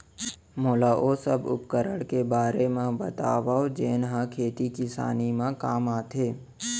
मोला ओ सब उपकरण के बारे म बतावव जेन ह खेती किसानी म काम आथे?